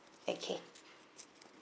okay